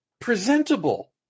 presentable